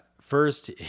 first